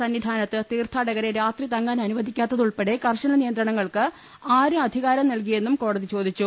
സന്നിധാനത്ത് തീർത്ഥാടകരെ രാത്രി തങ്ങാൻ അനുവദിക്കാത്തത് ഉൾപ്പെടെ കർശന നിയന്ത്രണങ്ങൾക്ക് ആര് അധികാരം നൽകിയെന്നും കോടതി ചോദിച്ചു